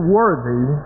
worthy